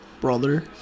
Brother